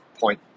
point